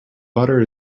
butter